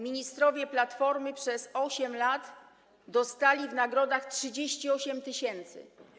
Ministrowie Platformy przez 8 lat dostali w nagrodach 38 tys.